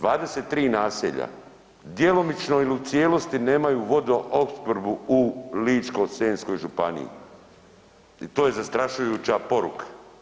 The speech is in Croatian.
23 naselja djelomično ili u cijelosti nemaju vodoopskrbu u Ličko-senjskoj županiji i to je zastrašujuća poruka.